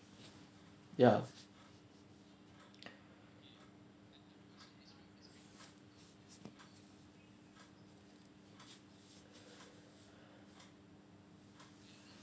ya